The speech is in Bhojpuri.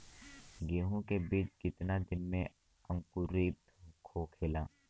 गेहूँ के बिज कितना दिन में अंकुरित होखेला?